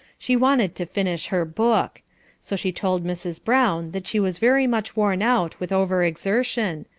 she wanted to finish her book so she told mrs. brown that she was very much worn out with over-exertion,